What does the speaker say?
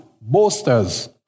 boasters